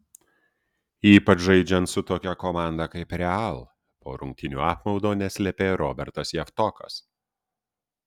ypač žaidžiant su tokia komanda kaip real po rungtynių apmaudo neslėpė robertas javtokas